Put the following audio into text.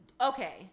Okay